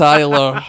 Tyler